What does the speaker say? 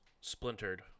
splintered